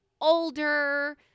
older